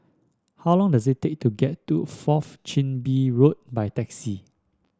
how long does it take to get to Fourth Chin Bee Road by taxi